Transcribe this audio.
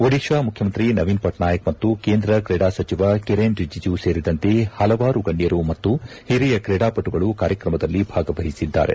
ಒಡಿಶಾ ಮುಖ್ಯಮಂತ್ರಿ ನವೀನ್ ಪಟ್ನಾಯಕ್ ಮತ್ತು ಕೇಂದ್ರ ಕ್ರೀಡಾ ಸಚಿವ ಕಿರೆನ್ ರಿಜಿಜು ಸೇರಿದಂತೆ ಹಲವಾರು ಗಣ್ಣರು ಮತ್ತು ಹಿರಿಯ ಕ್ರೀಡಾಪಟುಗಳು ಕಾರ್ಯಕ್ರಮದಲ್ಲಿ ಭಾಗವಹಿಸಿದ್ದಾರೆ